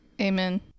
Amen